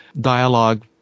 dialogue